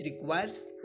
requires